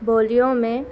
بولیوں میں